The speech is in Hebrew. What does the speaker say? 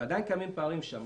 אבל עדיין קיימים פערים שם.